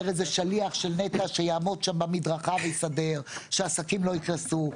איזה שליח של נת"ע שיעמוד שם במדרכה ויסדר שהעסקים לא יקרסו.